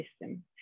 system